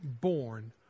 born